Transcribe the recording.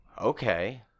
okay